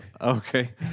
Okay